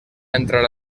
entrar